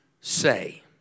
say